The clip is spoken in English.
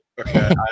Okay